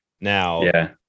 Now